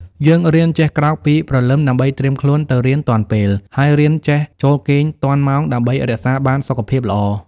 យើងរៀនចេះក្រោកពីព្រលឹមដើម្បីត្រៀមខ្លួនទៅរៀនទាន់ពេល ហើយរៀនចេះចូលគេងទាន់ម៉ោងដើម្បីរក្សាបានសុខភាពល្អ។